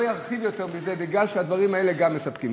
לא ארחיב יותר מזה כי גם הדברים האלה מספקים.